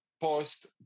post